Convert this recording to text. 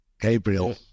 Gabriel